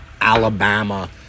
Alabama